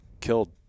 killed